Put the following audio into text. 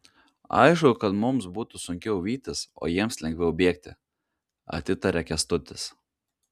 aišku kad mums būtų sunkiau vytis o jiems lengviau bėgti atitaria kęstutis